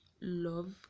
love